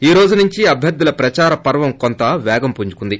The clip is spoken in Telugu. ఈ రోజు నుంచి అభ్యర్థుల ప్రదార పర్వం కొంత పేగం పుంజుకుంది